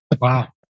Wow